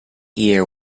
year